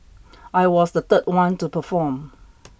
I was the third one to perform